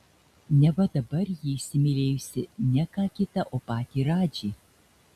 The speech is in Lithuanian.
neva dabar ji įsimylėjusi ne ką kitą o patį radžį